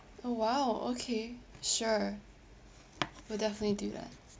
oh !wow! okay sure will definitely do that